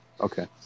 Okay